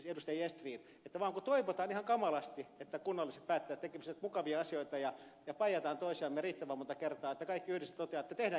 gestrin että kun vaan toivotaan ihan kamalasti että kunnalliset päättäjät tekisivät mukavia asioita ja paijataan toisiamme riittävän monta kertaa niin kaikki yhdessä toteavat että tehdäänkin asiat toisin